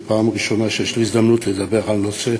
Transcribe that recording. זאת הפעם הראשונה שיש לי הזדמנות לדבר על הנושא.